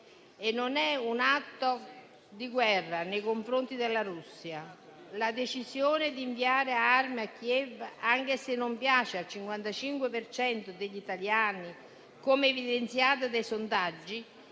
non è un atto di guerra nei confronti della Russia. La decisione di inviare armi a Kiev, anche se non piace al 55 per cento degli italiani, come evidenziato dai sondaggi,